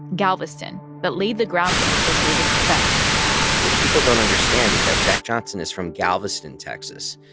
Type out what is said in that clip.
galveston, that laid the groundwork for his later success what people don't understand is that jack johnson is from galveston, texas.